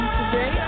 today